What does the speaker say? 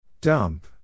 Dump